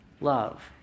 love